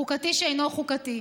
חוקתי שאינו חוקתי.